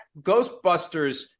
Ghostbusters